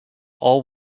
all